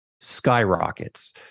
skyrockets